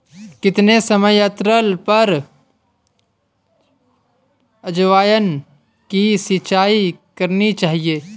कितने समयांतराल पर अजवायन की सिंचाई करनी चाहिए?